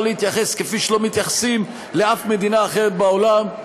להתייחס כפי שלא מתייחסים לאף מדינה אחרת בעולם,